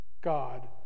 God